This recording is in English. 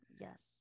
yes